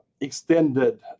extended